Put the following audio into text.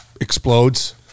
explodes